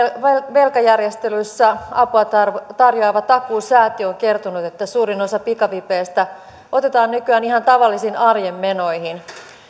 velkajärjestelyissä apua tarjoava takuu säätiö on kertonut että suurin osa pikavipeistä otetaan nykyään ihan tavallisiin arjen menoihin